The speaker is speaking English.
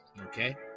Okay